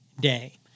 day